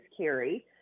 Carrie